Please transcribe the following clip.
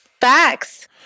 Facts